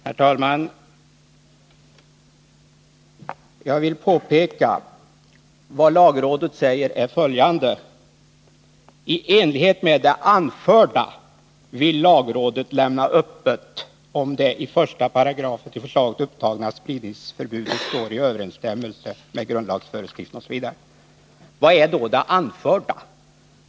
Herr talman! Jag vill påpeka att det lagrådet säger är följande: I enlighet med det anförda vill lagrådet lämna öppet om det i första paragrafen till förslaget upptagna spridningsförbudet står i överensstämmelse med grundlagsföreskriften osv. Vad är då det anförda?